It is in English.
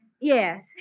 Yes